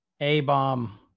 A-Bomb